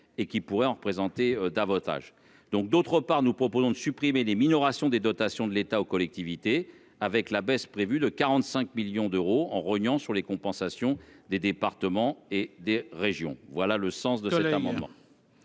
et qui pourraient représenter encore davantage ? Nous proposons également de supprimer les minorations des dotations de l'État aux collectivités, avec la baisse prévue de 45 millions d'euros en rognant sur les compensations des départements et des régions. Les trois amendements